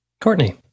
Courtney